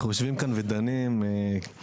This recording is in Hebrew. אנחנו יושבים כאן ודנים לטעמי,